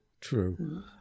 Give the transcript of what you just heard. true